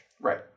Right